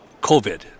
COVID